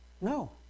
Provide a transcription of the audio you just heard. No